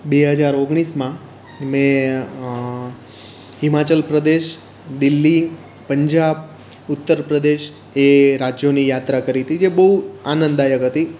બે હજાર ઓગણીસમાં મેં હિમાચલ પ્રદેશ દિલ્લી પંજાબ ઉત્તરપ્રદેશ એ રાજ્યોની યાત્રા કરી તી જે બહુ આનંદદાયક હતી